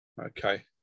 Okay